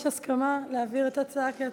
יש הסכמה להעביר את ההצעה כהצעה,